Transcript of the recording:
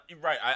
Right